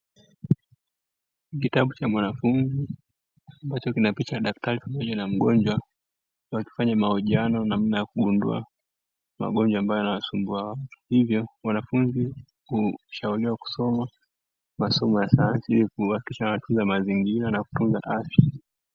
Kitabu cha mwanafunzi ambacho kina picha ya daktari pamoja na mgonjwa, wakifanya mahojiano namna ya kugundua magonjwa ambayo yanawasumbua watu, hivyo wanafunzi kushauriwa kusoma masomo ya sayansi, ili kuhakikisha wanatunza mazingira na kutunza afya.